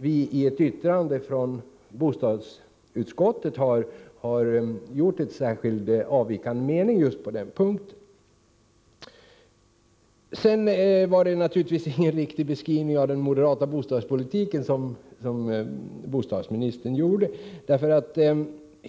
vi i ett yttrande från bostadsutskottet har anmält avvikande mening på just denna punkt. Sedan var det naturligtvis ingen riktig beskrivning av den moderata bostadspolitiken som bostadsministern gav.